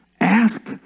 Ask